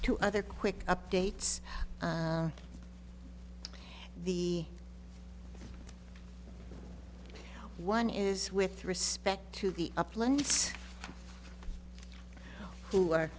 two other quick updates the one is with respect to the uplands who are